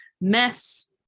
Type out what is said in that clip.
mess